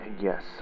Yes